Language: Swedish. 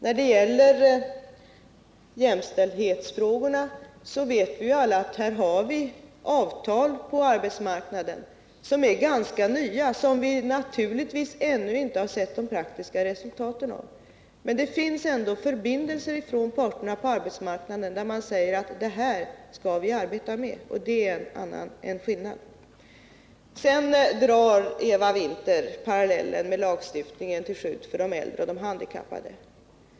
När det gäller jämställdhetsfrågorna vet vi alla att det finns avtal på arbetsmarknaden, vilka är ganska nya och som vi naturligtvis ännu inte sett de praktiska resultaten av. Men det finns ändå förbindelser mellan parterna på arbetsmarknaden. Man säger att detta skall vi arbeta med. Det är skillnaden. Sedan drog Eva Winther paralleller också med lagstiftningen till skydd för de äldre och handikappade.